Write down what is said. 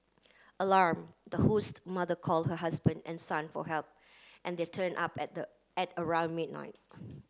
alarmed the host mother call her husband and son for help and they turned up at at around midnight